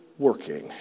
Working